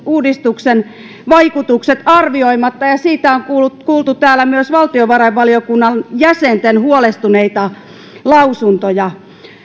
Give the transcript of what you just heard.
uudistuksen vaikutukset arvioimatta ja siitä on kuultu täällä myös valtiovarainvaliokunnan jäsenten huolestuneita lausuntoja